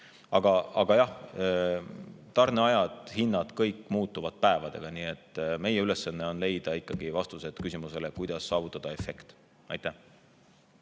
Aga jah, tarneajad, hinnad – kõik muutub päevadega. Meie ülesanne on leida vastus küsimusele, kuidas saavutada efekt. Aitäh